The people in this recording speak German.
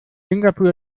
singapur